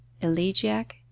elegiac